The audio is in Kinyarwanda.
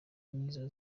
nizo